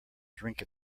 drink